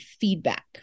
feedback